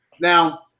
Now